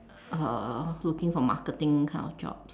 uh I was looking for marketing kind of job